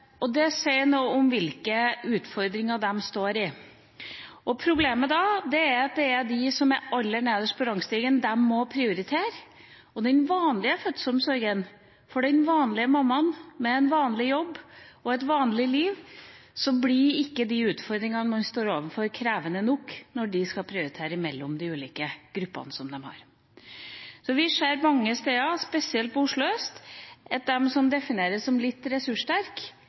svangerskapsomsorg. Det sier noe om hvilke utfordringer de står overfor. Problemet da er at det er de som er aller nederst på rangstigen, som de må prioritere, og i den vanlige fødselsomsorgen, for den vanlige mammaen med en vanlig jobb og et vanlig liv, blir ikke de utfordringene man står overfor, krevende nok når de skal prioritere mellom de ulike gruppene som de har. Vi ser mange steder, spesielt i Oslo øst, at de som defineres som litt